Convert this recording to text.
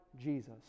jesus